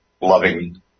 loving